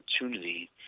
opportunity